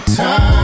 time